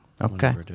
Okay